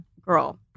girl